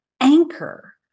anchor